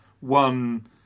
one